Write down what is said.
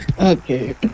Okay